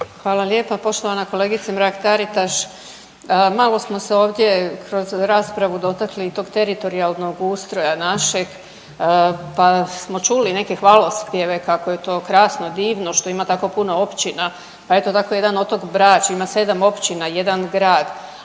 Hvala lijepa. Poštovana kolegice Mrak-Taritaš, malo smo se ovdje kroz raspravu dotakli i tog teritorijalnog ustroja našeg, pa smo čuli neke hvalospjeve kako je to krasno i divno što ima tako puno općina, pa eto dakle jedan otok Brač ima 7 općina i jedan grad,